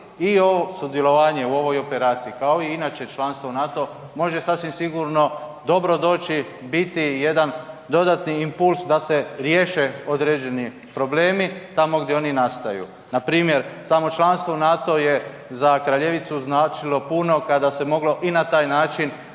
i ovo sudjelovanje u ovoj operaciji, kao i inače članstvo u NATO može sasvim sigurno dobro doći, biti jedan dodatni impuls da se riješe određeni problemi tamo gdje oni nastaju. Npr. samo članstvo u NATO je za Kraljevicu značilo puno kada se moglo i na taj način